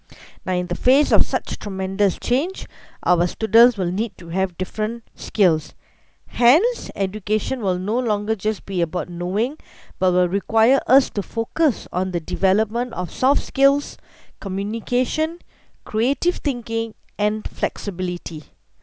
now in the face of such tremendous change our students will need to have different skills hence education will no longer just be about knowing but will require us to focus on the development of soft skills communication creative thinking and flexibility